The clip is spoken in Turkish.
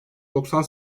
doksan